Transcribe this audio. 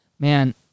Man